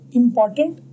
important